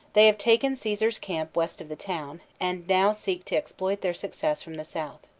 they have taken ca sar's camp west of the town, and now seek to exploit their success from the south.